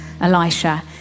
Elisha